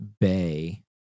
bay